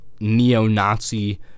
neo-Nazi